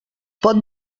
pot